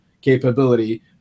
capability